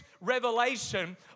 revelation